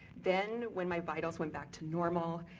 then when my vitals went back to normal,